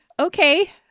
Okay